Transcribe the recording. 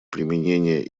применения